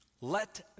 Let